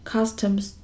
Customs